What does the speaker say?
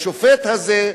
לשופט הזה,